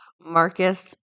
Marcus